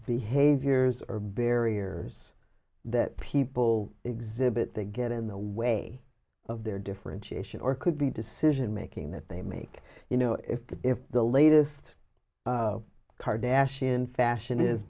behaviors are barriers that people exhibit they get in the way of their differentiation or could be decision making that they make you know if that if the latest car dash in fashion is